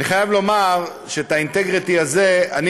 אני חייב לומר שאת האינטגריטי הזה אני